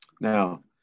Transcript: Now